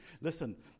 Listen